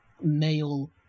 male